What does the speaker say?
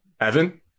Evan